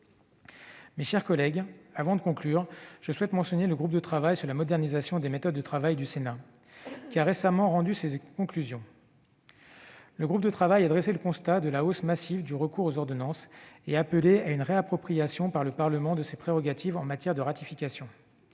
Mes chers collègues, avant de conclure, je souhaite mentionner le groupe de travail sur la modernisation des méthodes de travail du Sénat, qui a récemment rendu ses conclusions. Le groupe de travail a dressé le constat de la hausse massive du recours aux ordonnances et appelé à une réappropriation, par le Parlement, de ses prérogatives en matière de ratification.